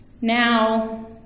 Now